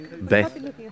Beth